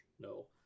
no